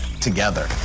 together